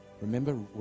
remember